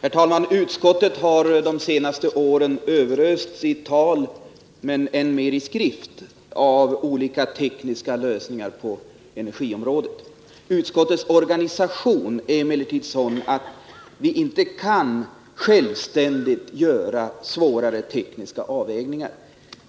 Herr talman! Utskottet har de senaste åren överösts i tal och än mer i skrift av olika tekniska lösningar på energiområdet. Utskottets organisation är emellertid sådan att utskottet inte självständigt kan göra svårare tekniska avvägningar.